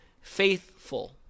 faithful